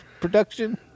production